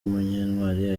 munyentwari